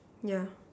yeah